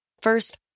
First